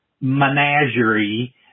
menagerie